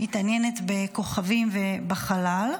מתעניינת בכוכבים ובחלל.